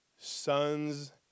sons